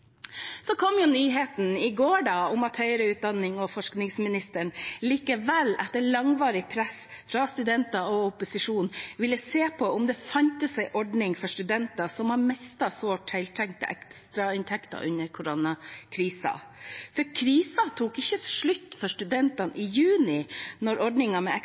Så kom jo nyheten i går om at høyere utdannings- og forskningsministeren likevel – etter langvarig press fra studenter og opposisjonen – ville se på om det fantes en ordning for studenter som har mistet sin sårt tiltrengte ekstrainntekt under koronakrisen. For krisen tok ikke slutt for studentene i juni da ordningen med